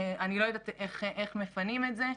אני לא יודעת איך מפנים את זה.